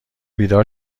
بیدار